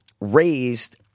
raised